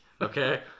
okay